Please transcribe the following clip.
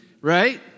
right